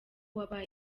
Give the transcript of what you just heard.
wabaye